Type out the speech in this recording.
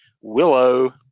Willow